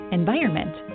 environment